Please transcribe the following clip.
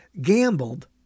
gambled